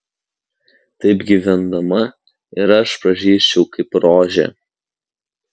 taip gyvendama ir aš pražysčiau kaip rožė